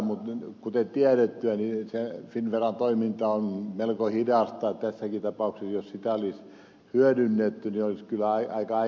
mutta kuten tiedettyä finnveran toiminta on melko hidasta joten tässäkin tapauksessa jos sitä olisi hyödynnetty olisi kyllä aika aikaisin pitänyt olla liikkeellä